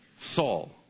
Saul